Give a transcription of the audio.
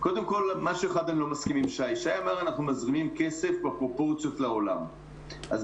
אם אנחנו מגיעים היום ל-800 אלף אנשים בחל"ת, אם